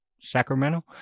Sacramento